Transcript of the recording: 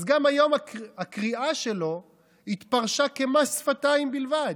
אז גם היום הקריאה שלו התפרשה כמס שפתיים בלבד.